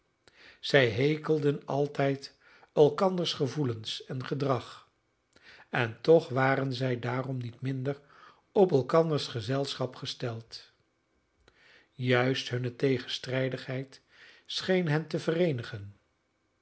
zij hekelden altijd elkanders gevoelens en gedrag en toch waren zij daarom niet minder op elkanders gezelschap gesteld juist hunne tegenstrijdigheid scheen hen te vereenigen